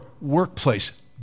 workplace